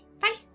Bye